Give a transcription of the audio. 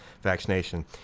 Vaccination